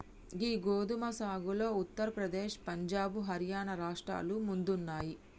గీ గోదుమ సాగులో ఉత్తర ప్రదేశ్, పంజాబ్, హర్యానా రాష్ట్రాలు ముందున్నాయి